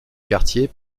quartier